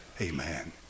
Amen